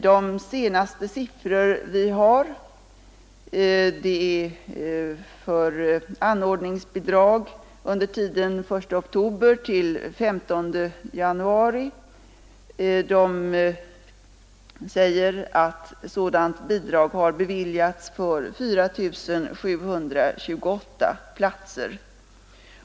De senaste siffror vi har för anordningsbidrag — de avser tiden 1 oktober — 15 januari — säger att sådant bidrag har beviljats för 4 728 platser.